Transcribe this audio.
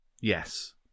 Yes